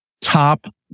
Top